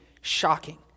shocking